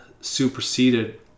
superseded